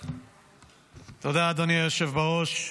תודה, אדוני היושב בראש.